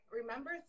remember